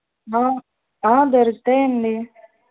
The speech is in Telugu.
దొరుకుతాయండి